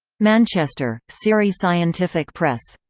manchester siri scientific press.